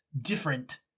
different